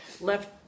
left